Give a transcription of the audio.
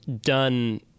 done